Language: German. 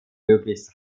möglichst